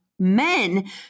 Men